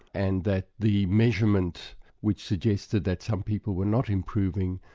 and that the measurement which suggested that some people were not improving,